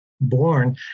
born